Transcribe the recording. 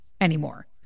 anymore